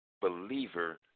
believer